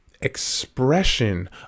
expression